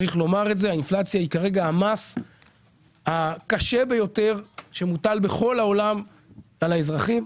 האינפלציה היא כרגע המס הקשה ביותר שמוטל בכל העולם על האזרחים.